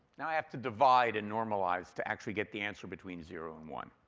now i have to divide and normalize to actually get the answer between zero and one.